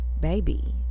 baby